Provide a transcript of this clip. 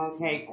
Okay